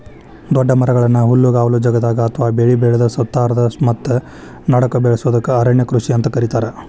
ದೊಡ್ಡ ಮರಗಳನ್ನ ಹುಲ್ಲುಗಾವಲ ಜಗದಾಗ ಅತ್ವಾ ಬೆಳಿ ಬೆಳದ ಸುತ್ತಾರದ ಮತ್ತ ನಡಕ್ಕ ಬೆಳಸೋದಕ್ಕ ಅರಣ್ಯ ಕೃಷಿ ಅಂತ ಕರೇತಾರ